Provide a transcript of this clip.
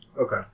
Okay